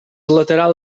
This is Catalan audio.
lateral